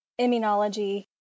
immunology